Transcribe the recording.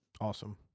Awesome